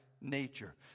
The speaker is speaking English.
nature